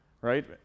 right